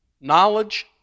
Knowledge